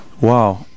Wow